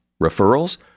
Referrals